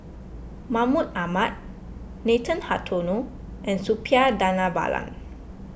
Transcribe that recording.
Mahmud Ahmad Nathan Hartono and Suppiah Dhanabalan